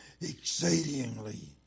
exceedingly